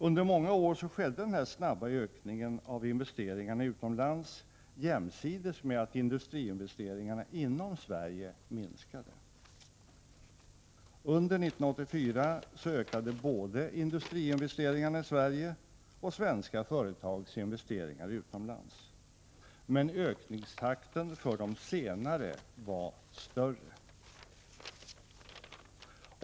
Under många år skedde denna snabba ökning av investeringarna utomlands jämsides med att industriinvesteringarna inom Sverige minskade. Under 1984 ökade både industriinvesteringarna i Sverige och svenska företags investeringar utomlands. Men ökningstakten för de senare var större.